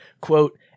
quote